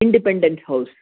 independent house